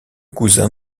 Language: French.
cousin